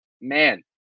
man